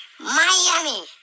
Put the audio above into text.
Miami